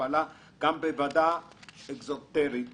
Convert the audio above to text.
פעלה כוועדה אקזקוטיבית